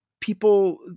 people